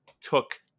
took